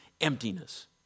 emptiness